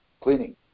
cleaning